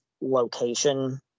location